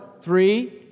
three